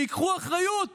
חופש ביטוי.